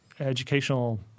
educational